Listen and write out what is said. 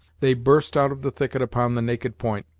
they burst out of the thicket upon the naked point,